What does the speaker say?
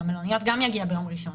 לגבי המלוניות גם יגיע ביום ראשון.